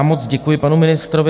Moc děkuji panu ministrovi.